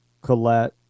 Colette